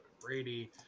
Brady